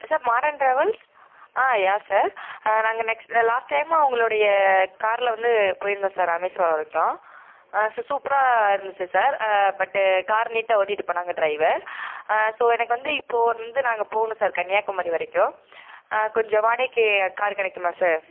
sir Maran travels ஆ yeah sir நாங்கள் next நான் லாஸ்ட் டைம் உங்களுடைய காரில் வந்து போயிருந்தோம் சார் ராமேஸ்வரம் வரைக்கும் சு சூப்பராக இருந்துச்சு சார் பட்டு கார் நீட்டாக ஓட்டிகிட்டு போனாங்க டிரைவர் ஸோ எனக்கு வந்து இப்போது வந்து நாங்கள் போகணும் சார் கன்னியாகுமாரி வரைக்கும் கொஞ்சம் வாடைக்கு காரு கிடைக்குமா சார்